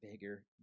bigger